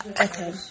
Okay